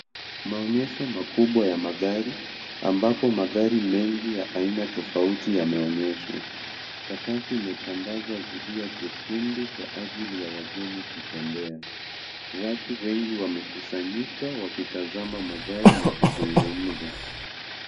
Maonyesho makubwa ya magari ambapo magari mengi ya aina tofauti yameonyeshwa. Sakafu imetandazwa zulia jekundu kwa ajili ya wageni kutembea. Watu wengi wamekusanyika wakitazama magari na kuzungumza.